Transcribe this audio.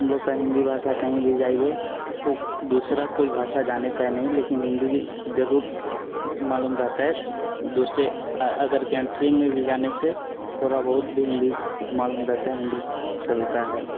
हम लोग का हिन्दी भाषा कहीं भी जाइए पु दूसरा कोई भाषा जाने चाहे नहीं लेकिन हिन्दी जरूर मालूम रहता है दूसरे अगर क्यांट्री में भी जाने से थोड़ा बहुत भी हिन्दी मालूम रहता है हिन्दी चलता है